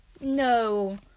no